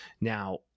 Now